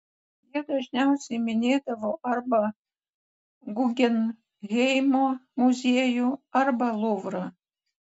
jie dažniausiai minėdavo arba guggenheimo muziejų arba luvrą